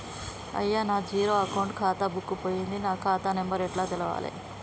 అయ్యా నా zero account ఖాతా బుక్కు పోయింది నా ఖాతా నెంబరు ఎట్ల తెలవాలే?